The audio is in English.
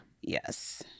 Yes